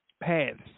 paths